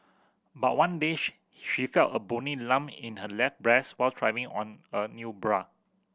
but one day she she felt a bony lump in her left breast while trying on a new bra